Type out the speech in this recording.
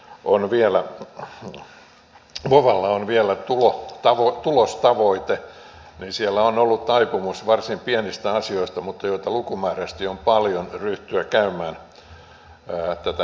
ja kun tällä vovalla on vielä tulostavoite niin siellä on ollut aikomus varsin pienistä asioista mutta joita lukumääräisesti on paljon ryhtyä käymään tätä neuvottelua